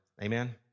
Amen